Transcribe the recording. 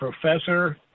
professor